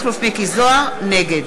נגד